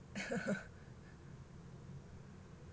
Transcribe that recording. !huh!